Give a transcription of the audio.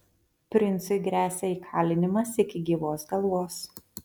princui gresia įkalinimas iki gyvos galvos